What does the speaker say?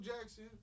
Jackson